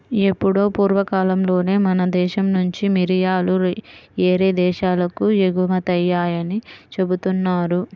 ఎప్పుడో పూర్వకాలంలోనే మన దేశం నుంచి మిరియాలు యేరే దేశాలకు ఎగుమతయ్యాయని జెబుతున్నారు